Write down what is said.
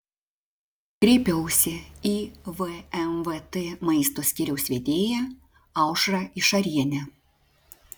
kreipiausi į vmvt maisto skyriaus vedėją aušrą išarienę